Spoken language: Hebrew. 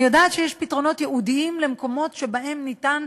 אני יודעת שיש פתרונות ייעודיים למקומות שבהם ניתן,